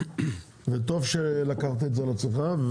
וטוב שלקחת את זה על עצמך,